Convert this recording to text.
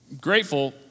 grateful